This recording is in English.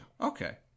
okay